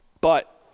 But-